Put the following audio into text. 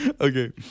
Okay